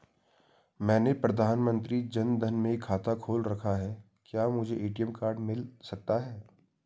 मैंने प्रधानमंत्री जन धन में खाता खोल रखा है क्या मुझे ए.टी.एम कार्ड मिल सकता है?